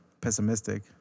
pessimistic